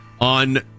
on